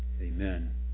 amen